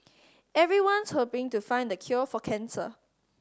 everyone's hoping to find the cure for cancer